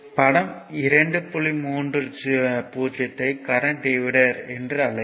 படம் ஐ current divider என்று அழைப்போம்